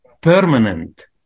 permanent